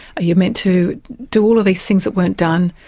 you're meant to do all of these things that weren't done.